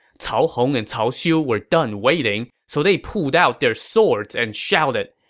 cao hong and cao xiu were done waiting, so they pulled out their swords and shouted,